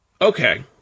Okay